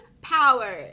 power